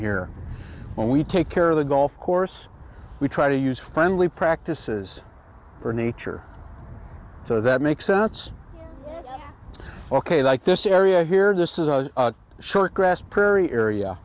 here and we take care of the golf course we try to use friendly practices for nature so that makes sense ok like this area here this is a short grass prairie area